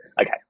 Okay